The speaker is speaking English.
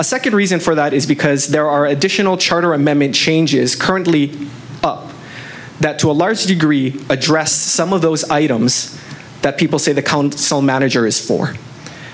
a second reason for that is because there are additional charter amendment changes currently up that to a large degree addressed some of those items that people say the council manager is for